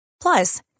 Plus